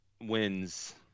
wins